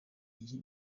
iyi